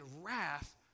wrath